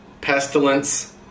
pestilence